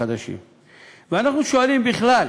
איך שתרצו לקרוא לזה,